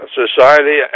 society